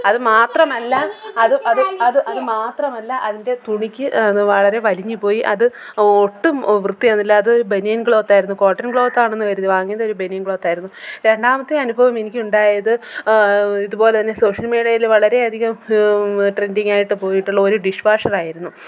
അതു മാത്രമല്ല അത് അത് അത് അതു മാത്രമല്ല അതിൻ്റെ തുണിക്ക് വളരെ വലിഞ്ഞു പോയി അത് ഒട്ടും വൃത്തിയാവുന്നില്ല അത് ബനിയൻ ക്ലോത്തായിരുന്നു കോട്ടൺ ക്ലോത്താണെന്ന് കരുതി വാങ്ങിയതൊരു ബനിയൻ ക്ലോത്തായിരുന്നു രണ്ടാമത്തെ അനുഭവം എനിക്കുണ്ടായത് ഇതുപോലെ തന്നെ സോഷ്യൽ മീഡിയയിൽ വളരെയധികം ട്രെൻ്റിങ്ങായിട്ട് പോയിട്ടുള്ള ഒരു ഡിഷ് വാഷറായിരുന്നു